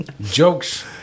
Jokes